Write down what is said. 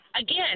Again